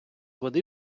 води